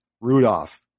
Rudolph